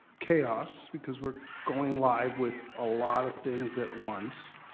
chaos because we're going live with a lot of things at once.